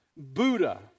Buddha